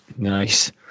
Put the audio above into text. nice